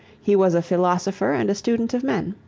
he was a philosopher and a student of men.